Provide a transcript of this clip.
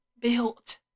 built